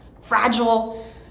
fragile